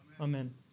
Amen